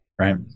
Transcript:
Right